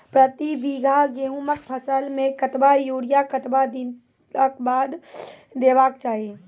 प्रति बीघा गेहूँमक फसल मे कतबा यूरिया कतवा दिनऽक बाद देवाक चाही?